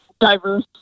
diverse